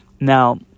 now